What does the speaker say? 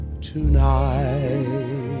tonight